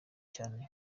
cyane